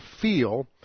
feel